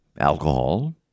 alcohol